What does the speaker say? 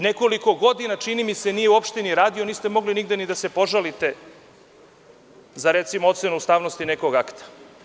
Nekoliko godina, čini mi se, nije uopšte radio i niste mogli nigde da se požalite za ocenu ustavnosti nekog akta.